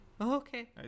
okay